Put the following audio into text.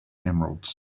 emeralds